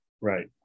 Right